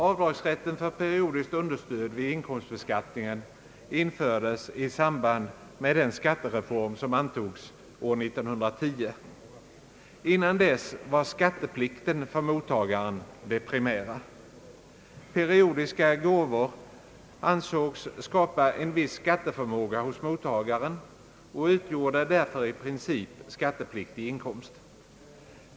Avdragsrätten för periodiskt understöd vid inkomstbeskattningen infördes i samband med den skattereform som antogs år 1910. Innan dess var skatteplikten för mottagaren det primära. Periodiska gåvor ansågs skapa en viss skatteförmåga hos mottagaren och utgjorde därför i princip skattepliktig inkomst.